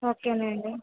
ఓకేనండి